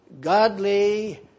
godly